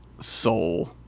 Soul